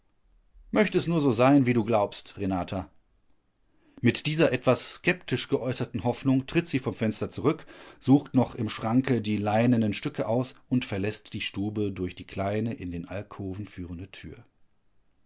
möcht es nur so sein wie du glaubst renata mit dieser etwas skeptisch geäußerten hoffnung tritt sie vom fenster zurück sucht noch im schranke die leinenen stücke aus und verläßt die stube durch die kleine in den alkoven führende tür